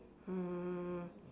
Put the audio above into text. um